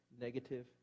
negative